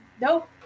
nope